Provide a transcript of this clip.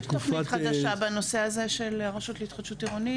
יש תוכנית חדשה בנושא הזה של הרשות להתחדשות עירונית.